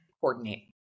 coordinate